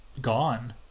gone